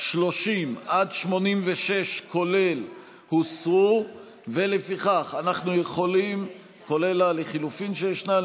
30 עד 86, כולל, הוסרו, כולל הלחלופין שישנן.